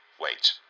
Wait